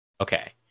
Okay